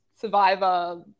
survivor